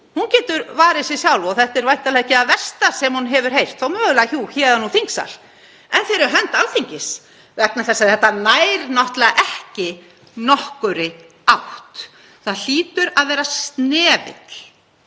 hún getur varið sig sjálf og þetta er væntanlega ekki það versta sem hún hefur heyrt, þó mögulega héðan úr þingsal, heldur fyrir hönd Alþingis vegna þess að þetta nær náttúrlega ekki nokkurri átt. Það hlýtur að vera snefill